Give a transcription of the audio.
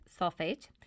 sulfate